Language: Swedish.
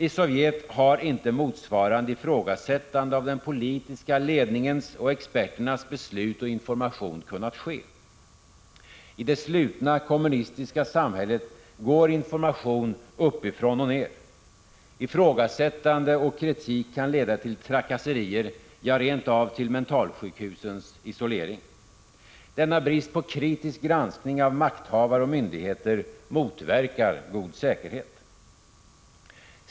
I Sovjet har inte motsvarande ifrågasättande av den politiska ledningens och experternas beslut och information kunnat ske. I det slutna kommunistiska samhället går information uppifrån och ner. Ifrågasättande och kritik kan leda till trakasserier, ja rent av till isolering på mentalsjukhusen. Denna brist på kritisk granskning av makthavare och myndigheter motverkar god säkerhet.